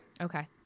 okay